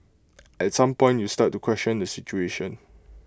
at some point you start to question the situation